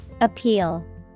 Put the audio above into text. Appeal